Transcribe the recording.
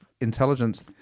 intelligence